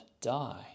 die